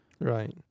Right